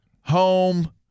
home